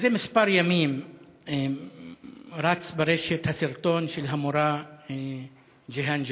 זה כמה ימים רץ ברשת הסרטון של המורה ג'יהאן ג'אבר.